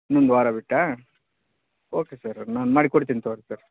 ಇನ್ನೊಂದು ವಾರ ಬಿಟ್ಟಾ ಓಕೆ ಸರ್ ನಾನು ಮಾಡಿ ಕೊಡ್ತೀನಿ ತಗೊಳ್ಳಿ ರೀ ಸರ್